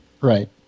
right